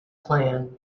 plan